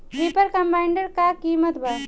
Reaper combiner का किमत बा?